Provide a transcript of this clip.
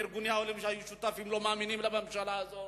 ארגוני העולים שהיו שותפים לא מאמינים לממשלה הזאת,